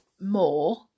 more